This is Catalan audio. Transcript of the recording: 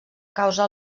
causa